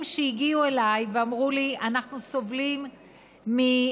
שהגיעו אליי ואמרו לי: אנחנו סובלים מעשן,